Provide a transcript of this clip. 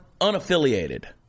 unaffiliated